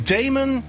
Damon